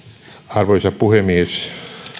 arvoisa puhemies